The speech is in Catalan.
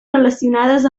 relacionades